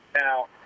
Now